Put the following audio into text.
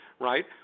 right